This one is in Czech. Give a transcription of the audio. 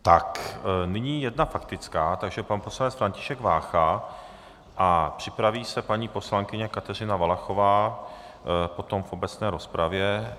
Tak, nyní jedna faktická, takže pan poslanec František Vácha a připraví se paní poslankyně Kateřina Valachová potom v obecné rozpravě.